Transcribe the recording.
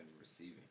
receiving